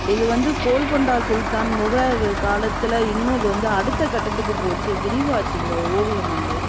இது வந்து கோல்கொண்டா சுல்தான் முகலாயர்கள் காலத்தில் இன்னும் இது வந்து அடுத்த கட்டத்துக்கு போச்சு விரிவாச்சு இந்த ஓவியம் வந்து